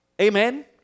Amen